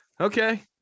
okay